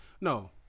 no